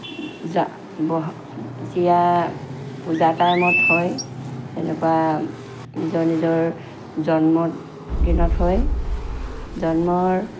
যাৱতীয়া পূজা টাইমত হয় এনেকুৱা নিজৰ নিজৰ জন্মত দিনত হয় জন্মৰ